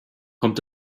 kommt